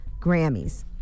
Grammys